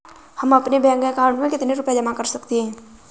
हम अपने bank account में कितने रुपये जमा कर सकते हैं?